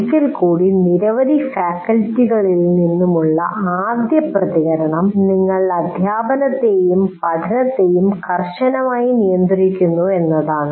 ഒരിക്കൽ കൂടി നിരവധി ഫാക്കൽറ്റികളിൽ നിന്നുള്ള ആദ്യ പ്രതികരണം നിങ്ങൾ അദ്ധ്യാപനത്തെയും പഠനത്തെയും കർശനമായി നിയന്ത്രക്കുന്നു എന്നതാണ്